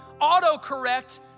autocorrect